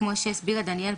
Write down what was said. כמו שהסבירה דניאל,